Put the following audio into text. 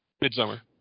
Midsummer